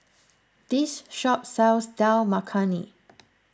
this shop sells Dal Makhani